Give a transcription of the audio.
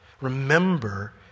Remember